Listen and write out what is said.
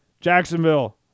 Jacksonville